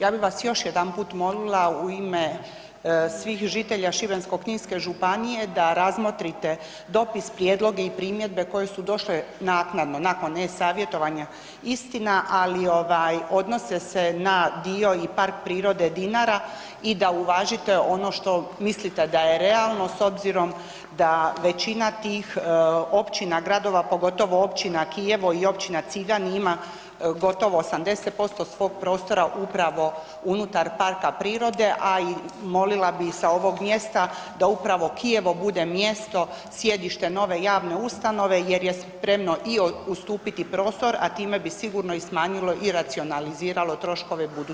Ja bih vas još jedanput molila u ime svih žitelja Šibensko-kninske županije da razmotrite dopis, prijedloge i primjedbe koje su došle naknadno, nakon e-Savjetovanja, istina, ali ovaj, odnose se na dio i Park prirode Dinara i da uvažite ono što mislite da je realno s obzirom da većina tih općina, gradova, pogotovo općina Kijevo i općina Civljani ima gotovo 80% svog prostora upravo unutar parka prirode, a i molila bih sa ovog mjesta da upravo Kijevo bude mjesto, sjedište nove javne ustanove jer je spremno i ustupiti prostor, a time bi sigurno i smanjilo i racionaliziralo troškove budućoj ustanovi.